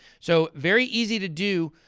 so, very easy to do.